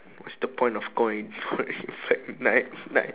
what's the point of going for fortnite ~nite